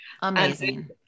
Amazing